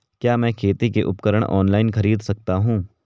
क्या मैं खेती के उपकरण ऑनलाइन खरीद सकता हूँ?